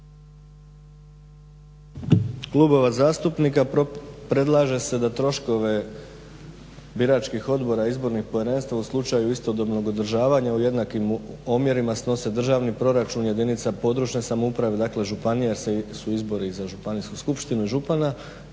klubova zastupnika predlaže se da troškove biračkih odbora izbornih povjerenstava u slučaju istodobnog održavanja u jednakim omjerima snose državni proračun jedinica područne samouprave, dakle županija jer su izbori i za Županijsku skupštinu i za župana